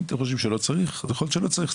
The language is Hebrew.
אם אתם חושבים שלא צריך יכול להיות שלא צריך.